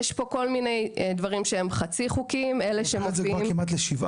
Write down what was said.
יש פה כל מיני דברים שהם חצי חוקיים --- זה הופך את זה כבר כמעט ל-7%.